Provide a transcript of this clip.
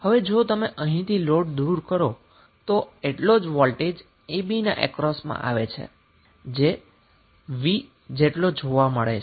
હવે જો તમે અહીંથી લોડ દુર કરો તો એટલો જ વોલ્ટેજ a b ના અક્રોસમાં આવે છે જે V જેટલો જોવા મળે છે